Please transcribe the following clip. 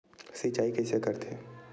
सिंचाई कइसे करथे?